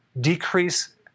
decrease